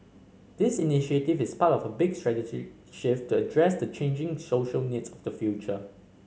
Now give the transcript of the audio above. this initiative is part of a big strategic shift to address the changing social needs of the future